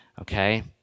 okay